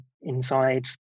inside